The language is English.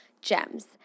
gems